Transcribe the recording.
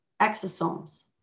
exosomes